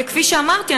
וכפי שאמרתי,